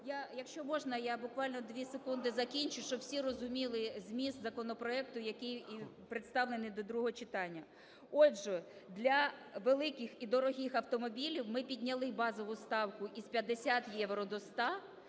якщо можна, я буквально дві секунди закінчу, щоб всі розуміли зміст законопроекту, який і представлений до другого читання. Отже, для великих і дорогих автомобілів ми підняли ставку з 50 євро до 100,